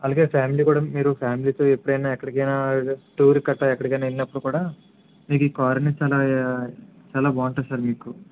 అలాగే ఫ్యామిలీ కూడా మీరు ఫ్యామిలీతో ఎప్పుడైనా ఎక్కడికైనా టూర్కి గట్రా ఎక్కడికైనా వెళ్ళినప్పుడు కూడా మీకు ఈ కార్ అనేది చాలా చాలా బాగుంటుంది సార్ మీకు